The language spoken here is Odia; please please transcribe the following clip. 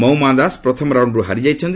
ମଉମା ଦାସ ପ୍ରଥମ ରାଉଣ୍ଡ୍ରୁ ହାରି ଯାଇଛନ୍ତି